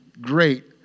great